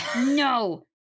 no